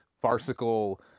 farcical